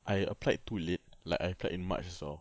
I applied too late like I applied in march also